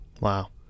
Wow